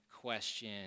question